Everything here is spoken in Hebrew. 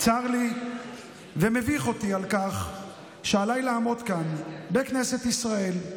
צר לי ומביך אותי שעליי לעמוד כאן, בכנסת ישראל,